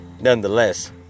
nonetheless